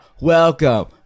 Welcome